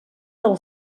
del